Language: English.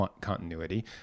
continuity